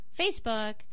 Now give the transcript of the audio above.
Facebook